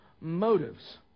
motives